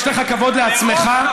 יש לך כבוד לעצמך?